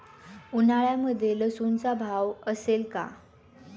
उन्हाळ्यामध्ये लसूणला भाव असेल का?